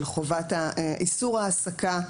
של חובת איסור העסקה,